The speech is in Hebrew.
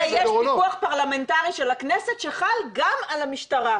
אני רוצה להזכיר שיש פיקוח פרלמנטרי של הכנסת שחל גם על המשטרה.